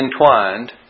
entwined